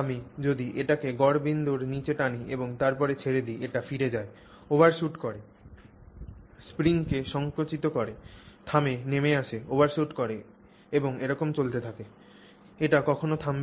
আমি যদি এটিকে গড় বিন্দুর নীচে টানি এবং তারপর ছেড়ে দিই এটি ফিরে যায় ওভারশুট করে স্প্রিংকে সংকুচিত করে থামে নেমে আসে ওভারশুট করে এবং এরকম চলতে থাকে এটি কখনও থামবে না